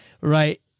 right